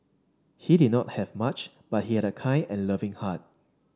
he did not have much but he had a kind and loving heart